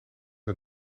het